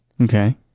Okay